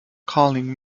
colin